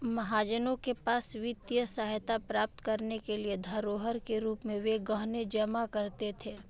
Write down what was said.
महाजनों के पास वित्तीय सहायता प्राप्त करने के लिए धरोहर के रूप में वे गहने जमा करते थे